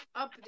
Update